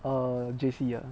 err J_C ah